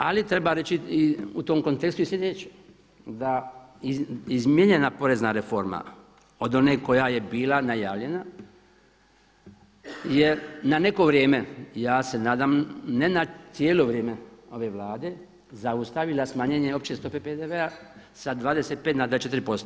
Ali treba reći u tom kontekstu i sljedeće, da izmijenjena porezna reforma od one koja je bila najavljena je na neko vrijeme, ja se nadam ne na cijelo vrijeme ove Vlade, zaustavila smanjenje opće stope PDV-a sa 25 na 24%